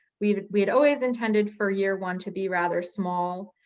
we we had always intended for year one to be rather small.